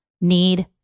need